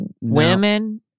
women